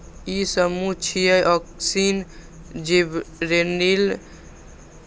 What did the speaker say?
ई समूह छियै, auxin, gibberellin, cytokinin, ethylene आ एब्सिसिक एसिड